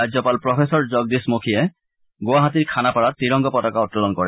ৰাজ্যপাল প্ৰফেচৰ জগদীশ মুখীয়ে গুৱাহাটীৰ খানাপাৰাত ত্ৰিৰংগা পতাকা উত্তোলন কৰে